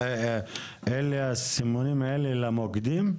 הסימונים האלה הם המוקדים?